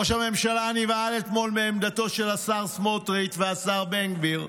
ראש הממשלה נבהל אתמול מעמדתם של השר סמוטריץ' והשר בן גביר,